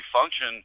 function